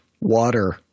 water